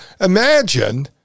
imagine